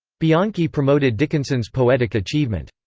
bianchi promoted dickinson's poetic achievement.